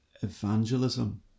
evangelism